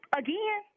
again